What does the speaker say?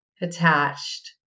attached